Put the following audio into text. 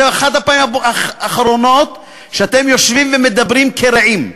זוהי אחת הפעמים האחרונות שאתם יושבים ומדברים כרֵעים.